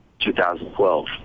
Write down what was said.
2012